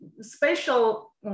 spatial